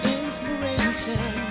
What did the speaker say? inspiration